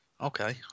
Okay